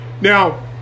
Now